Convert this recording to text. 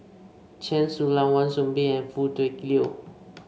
Chen Su Lan Wan Soon Bee and Foo Tui Liew